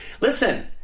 listen